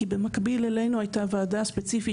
כי במקביל אלינו הייתה וועדה ספציפית